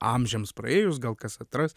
amžiams praėjus gal kas atras